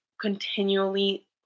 continually